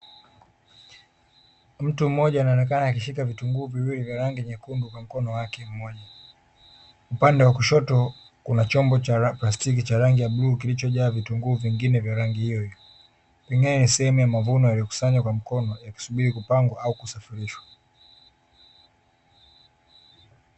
Mtu mmoja anaonekana akishika vitunguu viwili vya rangi nyekundu kwa mkono wake mmoja. Upande wa kushoto kuna chombo cha plastiki cha rangi ya bluu kilichojaa vitunguu vingine vya rangi hiyohiyo, pengine ni sehemu ya mavuno yaliyokusanywa kwa mkono yakisubiri kupangwa au kusafirishwa.